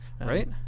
right